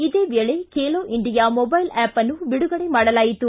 ಇದೇ ವೇಳೆ Khelo India mobile app ಅನ್ನು ಬಿಡುಗಡೆ ಮಾಡಲಾಯಿತು